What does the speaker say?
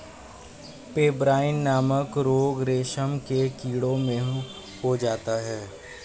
pebrine नामक रोग रेशम के कीड़ों में हो जाता है